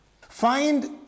Find